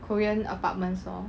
korean apartments lor